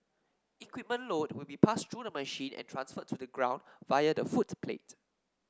equipment load will be passed through the machine and transferred to the ground via the footplate